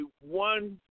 one